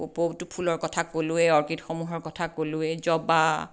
কপৌটো ফুলৰ কথা ক'লোৱেই অৰ্কিডসমূহৰ কথা ক'লোৱেই জবা